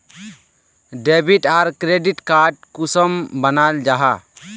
Debit आर credit card कुंसम बनाल जाहा?